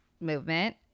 movement